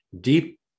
deep